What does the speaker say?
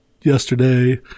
yesterday